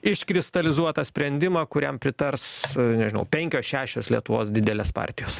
iškristalizuotą sprendimą kuriam pritars nežinau penkios šešios lietuvos didelės partijos